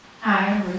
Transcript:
Hi